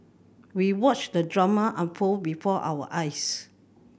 we watched the drama unfold before our eyes